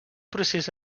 procés